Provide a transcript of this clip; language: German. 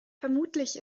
vermutlich